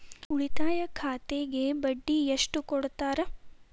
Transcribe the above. ಉಳಿತಾಯ ಖಾತೆಗೆ ಬಡ್ಡಿ ಎಷ್ಟು ಕೊಡ್ತಾರ?